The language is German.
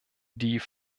die